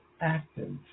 active